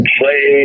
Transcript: play